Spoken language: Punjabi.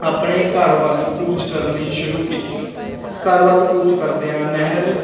ਆਪਣੇ ਘਰ ਵੱਲ ਕੂਚ ਕਰਨੀ ਸ਼ੁਰੂ ਕੀਤੀ ਘਰ ਵੱਲ ਕੂਚ ਕਰਦਿਆਂ ਨਹਿਰ